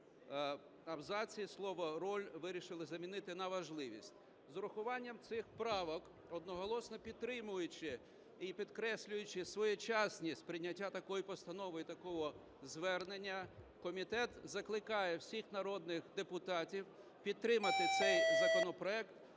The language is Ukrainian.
абзаці: слово "роль" вирішили замінити на "важливість". З урахуванням цих правок, одноголосно підтримуючи і підкреслюючи своєчасність прийняття такої постанови і такого звернення, комітет закликає всіх народних депутатів підтримати цей законопроект